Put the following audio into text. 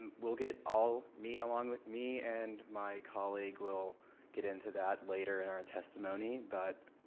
um we'll get all me along with me and my colleague we'll get into that later in our testimony but